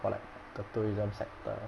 for like the tourism sector